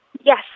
Yes